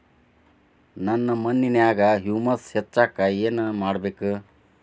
ನನ್ನ ಮಣ್ಣಿನ್ಯಾಗ್ ಹುಮ್ಯೂಸ್ ಹೆಚ್ಚಾಕ್ ನಾನ್ ಏನು ಮಾಡ್ಬೇಕ್?